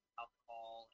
alcohol